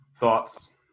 Thoughts